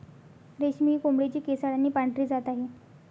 रेशमी ही कोंबडीची केसाळ आणि पांढरी जात आहे